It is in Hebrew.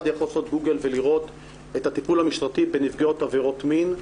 יכול לעשות גוגל ולראות את הטיפול המשטרתי בנפגעות עבירות מין.